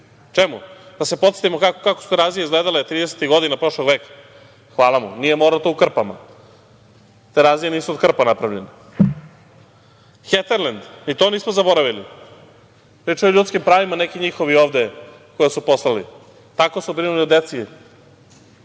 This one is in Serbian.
Čemu? Da se podsetimo kako su Terazije izgledale tridesetih godina prošlog veka? Hvala mu, nije morao to u krpama. Terazije nisu od krpa napravljene.„Heterlend“, ni to nismo zaboravili. Pričaju o ljudskim pravima neki njihovi ovde koje su poslali, tako su brinuli o deci